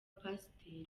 pasiteri